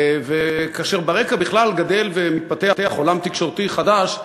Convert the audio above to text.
וכאשר ברקע בכלל גדל ומתפתח עולם תקשורתי חדש,